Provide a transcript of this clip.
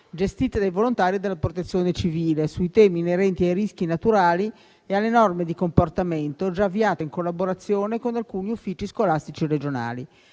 gestite dai volontari della Protezione civile, sui temi inerenti ai rischi naturali e alle norme di comportamento, già avviata in collaborazione con alcuni uffici scolastici regionali.